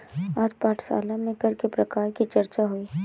आज पाठशाला में कर के प्रकार की चर्चा हुई